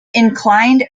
inclined